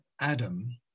Adam